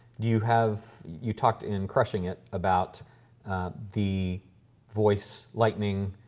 do you, have you talked in crushing it about the voice lightning,